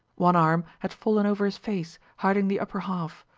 one arm had fallen over his face, hiding the upper half.